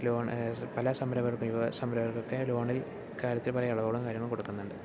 loan പല സംരംഭകർക്കും യുവ സംരംഭകർക്ക് ഒക്കെ ലോൺ കാര്യത്തിൽ പല ഇളവുകളും കാര്യങ്ങളും കൊടുക്കുന്നുണ്ട്